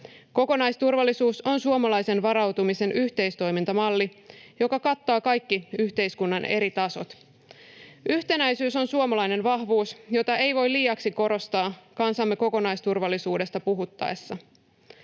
Kokonaisturvallisuus on suomalaisen varautumisen yhteistoimintamalli, joka kattaa kaikki yhteiskunnan eri tasot. Yhtenäisyys on suomalainen vahvuus, jota ei voi liiaksi korostaa kansamme kokonaisturvallisuudesta puhuttaessa.